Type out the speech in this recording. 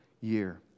year